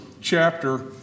chapter